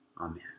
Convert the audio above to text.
Amen